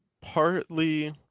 partly